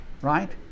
Right